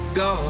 go